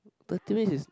thirty minutes is